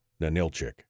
Nanilchik